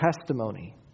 testimony